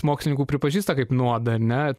mokslininkų pripažįsta kaip nuodą ar ne